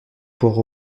pour